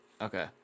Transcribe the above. Okay